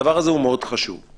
הדבר הזה חשוב מאוד.